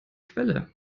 quelle